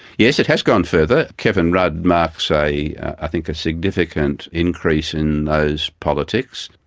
yes, it has gone further. kevin rudd marks, i i think, a significant increase in those politics,